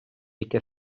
яке